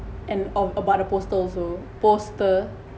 and of about a poster also poster